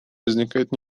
возникает